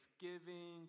Thanksgiving